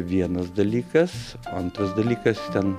vienas dalykas o antras dalykas ten